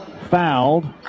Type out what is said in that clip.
fouled